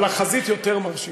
אבל החזית יותר מרשימה.